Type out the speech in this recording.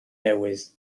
newydd